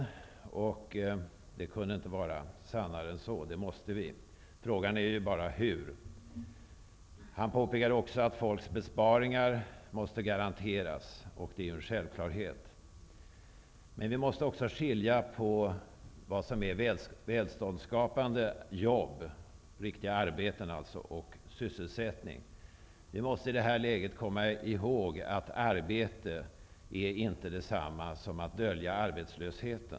Det kunde inte vara sannare än så, för det måste vi. Frågan är bara hur. Allan Larsson påpekade också att folkets besparingar måste garanteras. Det är en självklarhet. Vi måste skilja på vad som är välståndsskapande jobb, riktiga arbeten alltså, och sysselsättning. Vi måste i det här läget komma ihåg att arbete inte är detsamma som att dölja arbetslöshet.